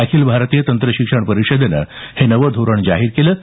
अखिल भारतीय तंत्रशिक्षण परिषदेनं हे नवं धोरण जाहीर केलं आहे